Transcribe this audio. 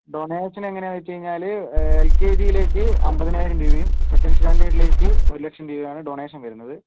donation എങ്ങനെ എന്ന് വെച്ചാല് എൽ കെ ജി യിലേക്ക് അമ്പതിനായിരം രൂപയും സെക്കൻഡ് സ്റ്റാൻഡേർഡിലേക്ക് ഒര് ലക്ഷം രൂപയും ആണ് ഡൊണേഷൻ വരുന്നത്